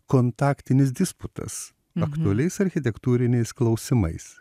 kontaktinis disputas aktualiais architektūriniais klausimais